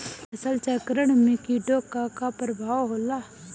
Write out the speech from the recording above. फसल चक्रण में कीटो का का परभाव होला?